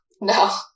no